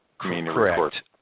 Correct